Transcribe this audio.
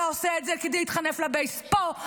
אתה עושה את זה כדי להתחנף לבייס פה,